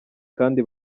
kandi